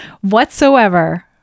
whatsoever